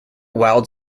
wild